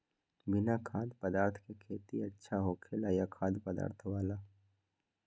बिना खाद्य पदार्थ के खेती अच्छा होखेला या खाद्य पदार्थ वाला?